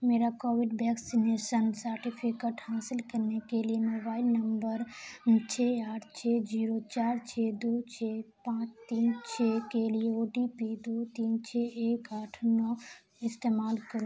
میرا Covid vaccination certificate حاصل کرنے کے لیے موبائل نمبر چھ آٹھ چھ زیرو چار چھ دو چھ پانچ تین چھ کے لیے او ٹی پی دو تین چھ ایک آٹھ نو استعمال کرو